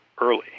early